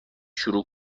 شروع